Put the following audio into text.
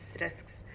risks